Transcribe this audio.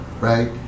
right